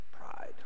Pride